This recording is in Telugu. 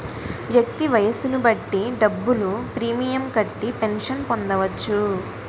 వ్యక్తి వయస్సును బట్టి డబ్బులు ప్రీమియం కట్టి పెన్షన్ పొందవచ్చు